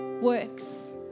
works